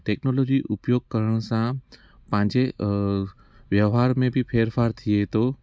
technology उपयोगु करण सां पंहिंजे व्यव्हार में बि फेरफार थिए थो